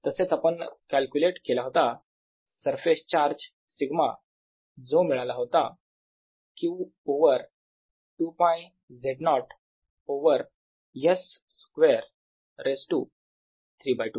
तसेच आपण कॅल्क्युलेट केला होता सरफेस चार्ज σ जो मिळाला होता q over 2π Z0 over s square raise to 3 by 2